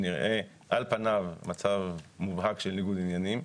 שנראה על פניו מצב מובהק של ניגוד עניינים.